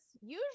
usually